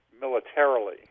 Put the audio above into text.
militarily